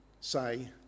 say